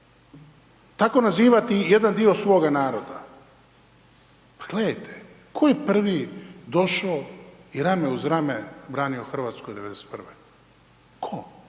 tako nazivati jedan dio svoga naroda. Pa gledajte, tko je prvi došao i rame uz rame branio Hrvatsku 1991.?